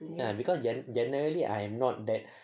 ya because generally I am not that